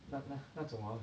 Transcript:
那那那种 hor